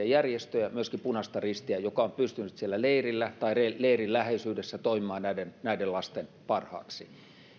järjestöjä myöskin punaista ristiä joka on pystynyt siellä leirillä tai leirin läheisyydessä toimimaan näiden näiden lasten parhaaksi